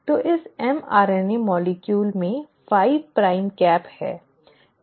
तो इस mRNA अणु में 5 प्राइम कैप है